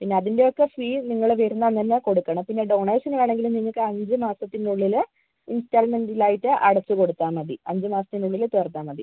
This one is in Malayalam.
പിന്നെ അതിൻ്റെ ഒക്കെ ഫീ നിങ്ങൾ വരുന്ന അന്നുതന്നെ കൊടുക്കണം പിന്നെ ഡോണേഷൻ വേണമെങ്കിൽ നിങ്ങൾക്ക് അഞ്ച് മാസത്തിന്റെ ഉള്ളിൽ ഇൻസ്റ്റാൾമെന്റിൽ ആയിട്ട് അടച്ച് കൊടുത്താൽ മതി അഞ്ച് മാസത്തിന്റെ ഉള്ളിൽ തീർത്താൽ മതി